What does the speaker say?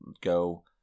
go